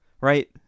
right